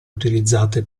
utilizzate